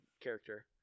character